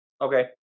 Okay